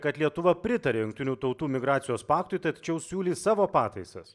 kad lietuva pritaria jungtinių tautų migracijos paktui tačiau siūlys savo pataisas